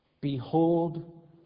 Behold